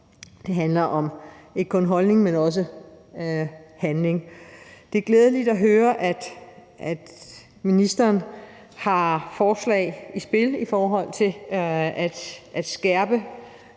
Det handler ikke kun om holdninger, men også om handlinger. Det er glædeligt at høre, at ministeren har forslag i spil i forhold til at skærpe